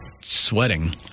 Sweating